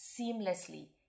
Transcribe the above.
seamlessly